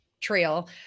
trail